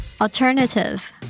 Alternative